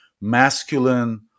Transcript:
masculine